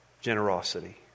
generosity